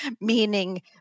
meaning